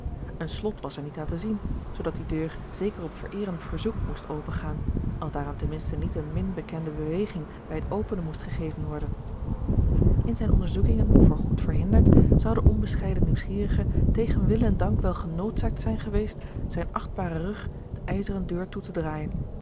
een slot was er niet aan te zien zoodat die deur zeker op vereerend verzoek moest opengaan als daaraan ten minste niet eene min bekende beweging bij het openen moest gegeven worden in zijne onderzoekingen voor goed verhinderd zou de onbescheiden nieuwsgierige tegen wil en dank wel genoodzaakt zijn geweest zijn achtbaren rug de ijzeren deur toe te draaijen